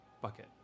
bucket